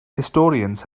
historians